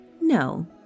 No